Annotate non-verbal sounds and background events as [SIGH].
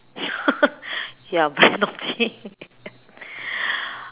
[LAUGHS] you are very naughty